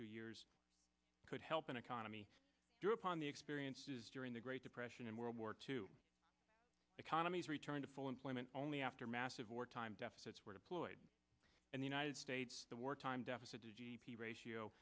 two years could help an economy europe on the experiences during the great depression and world war two economies return to full employment only after massive wartime deficits were deployed in the united states the wartime deficit to g d p ratio